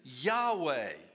Yahweh